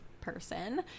person